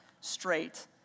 straight